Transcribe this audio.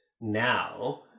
now